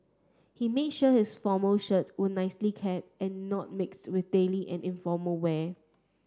he made sure his formal shirts were nicely kept and not mixed with daily and informal wear